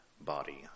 body